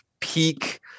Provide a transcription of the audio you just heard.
peak